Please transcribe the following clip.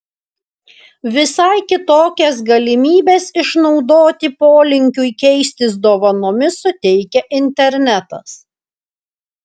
visai kitokias galimybes išnaudoti polinkiui keistis dovanomis suteikia internetas